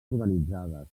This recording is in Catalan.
urbanitzades